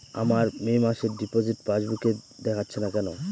আমার মে মাসের ডিপোজিট পাসবুকে দেখাচ্ছে না কেন?